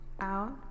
out